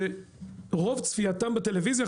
שרוב צפייתם בטלוויזיה,